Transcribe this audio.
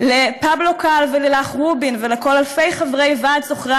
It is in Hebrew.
לפבלו קאל ולילך רובין ולכל אלפי חברי ועד שוכרי